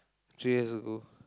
three years ago